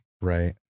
right